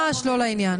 זה ממש לא לעניין,